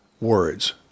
words